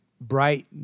bright